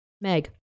Meg